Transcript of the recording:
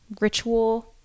ritual